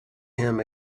him